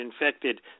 infected